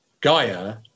Gaia